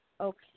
okay